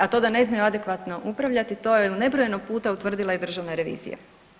A to da ne znaju adekvatno upravljati to je u nebrojeno puta utvrdila i državna revizija.